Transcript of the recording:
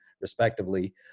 respectively